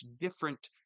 different